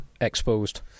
exposed